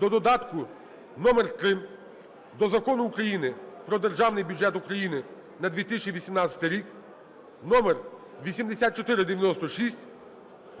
до додатку № 3 до Закону України "Про Державний бюджет України на 2018 рік" (№8496)